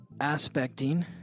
aspecting